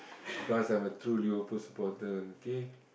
because I'm a true Liverpool supporter okay